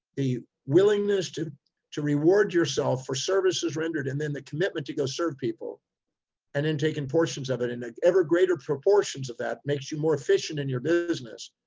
the willingness to to reward yourself for services rendered and then the commitment to go serve people and then taking portions of it, like ever greater proportions of that makes you more efficient in your business.